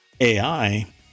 AI